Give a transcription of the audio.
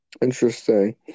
Interesting